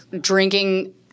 drinking